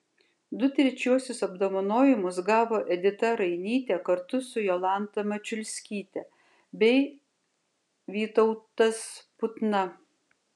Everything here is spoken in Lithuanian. du trečiuosius apdovanojimus gavo edita rainytė kartu su jolanta mačiulskyte bei vytautas putna